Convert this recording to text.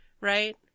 Right